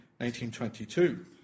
1922